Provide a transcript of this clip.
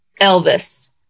Elvis